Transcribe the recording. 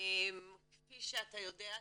כפי שאתה יודע,